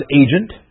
agent